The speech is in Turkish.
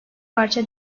parça